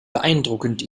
beeindruckend